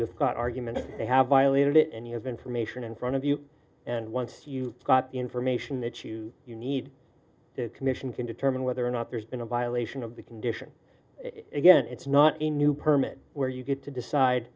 got arguments they have violated any of information in front of you and once you got the information that you you need the commission can determine whether or not there's been a violation of the condition again it's not a new permit where you get to decide